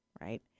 right